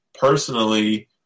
personally